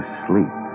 sleep